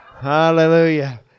Hallelujah